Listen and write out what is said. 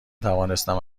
توانستم